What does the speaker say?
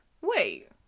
wait